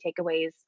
takeaways